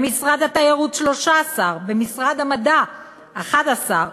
במשרד התיירות, 13, במשרד המדע, 11,